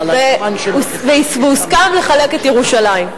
והוסכם לחלק את ירושלים.